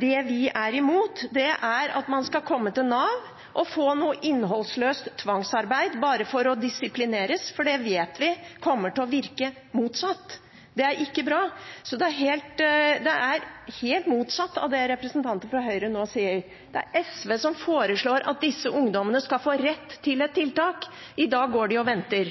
Det vi er imot, er at man skal komme til Nav og få noe innholdsløst tvangsarbeid bare for å disiplineres, for det vet vi kommer til å virke motsatt. Det er ikke bra. Så det er helt motsatt av det representanten fra Høyre nå sier. Det er SV som foreslår at disse ungdommene skal få rett til tiltak. I dag går de og venter.